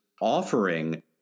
offering